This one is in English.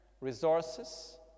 resources